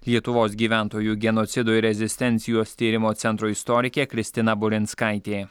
lietuvos gyventojų genocido ir rezistencijos tyrimo centro istorikė kristina burinskaitė